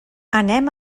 anem